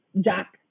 Jack